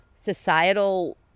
societal